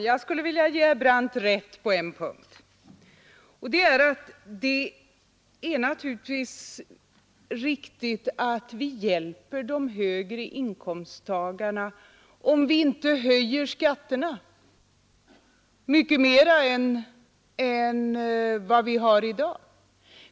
Herr talman! Jag vill ge herr Brandt alldeles rätt på en punkt, nämligen att vi hjälper de högre inkomsttagarna, om vi inte höjer skatterna mycket mera än vad fallet är i dag.